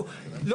זה